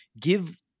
give